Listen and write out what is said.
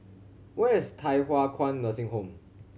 where is Thye Hua Kwan Nursing Home